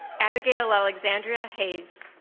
abigail alexandria hayes